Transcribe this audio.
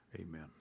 amen